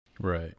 Right